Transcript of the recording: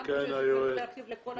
שצריך להרחיב לכל המקצועות.